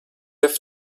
have